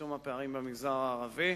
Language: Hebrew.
וצמצום הפערים במגזר הערבי.